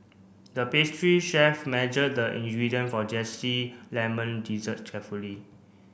the pastry chef measured the ingredient for zesty lemon dessert carefully